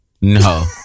No